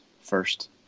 first